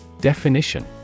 Definition